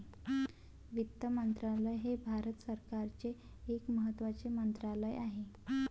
वित्त मंत्रालय हे भारत सरकारचे एक महत्त्वाचे मंत्रालय आहे